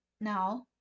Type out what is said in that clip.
Now